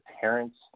parents